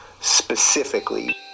specifically